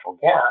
gas